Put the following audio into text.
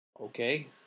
Okay